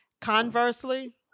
Conversely